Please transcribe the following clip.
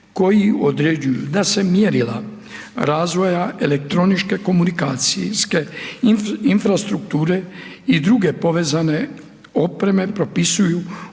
koji određuju da se mjerila razvoja elektroničke komunikacijske infrastrukture i druge povezane opreme propisuju uredbom